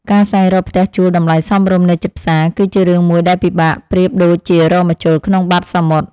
ការស្វែងរកផ្ទះជួលតម្លៃសមរម្យនៅជិតផ្សារ គឺជារឿងមួយដែលពិបាកប្រៀបដូចជារកម្ជុលក្នុងបាតសមុទ្រ។